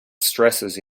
stresses